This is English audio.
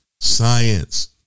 science